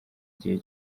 gihe